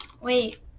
wait